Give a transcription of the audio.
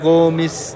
Gomes